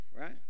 Right